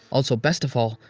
also, best of all,